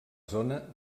zona